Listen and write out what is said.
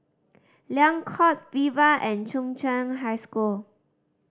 Liang Court Viva and Chung Cheng High School